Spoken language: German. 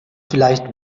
vielleicht